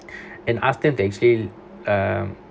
and after they still um